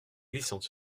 glissante